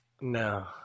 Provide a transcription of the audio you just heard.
No